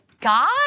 God